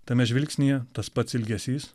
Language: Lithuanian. tame žvilgsnyje tas pats ilgesys